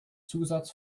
zusatz